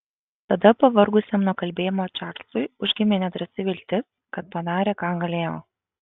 tada pavargusiam nuo kalbėjimo čarlzui užgimė nedrąsi viltis kad padarė ką galėjo